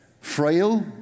frail